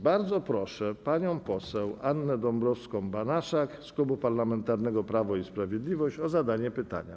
Bardzo proszę panią poseł Annę Dąbrowską-Banaszak z Klubu Parlamentarnego Prawo i Sprawiedliwość o zadanie pytania.